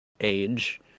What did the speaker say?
age